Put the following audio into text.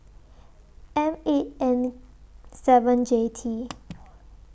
M eight N seven J T